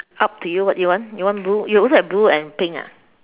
up to you what you want you want blue you also have blue and pink ah